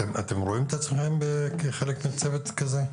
אתם רואים את עצמכם כחלק מצוות כזה?